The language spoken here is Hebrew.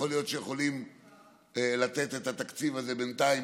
יכול להיות שיכולות לתת את התקציב הזה בינתיים,